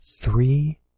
Three